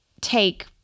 take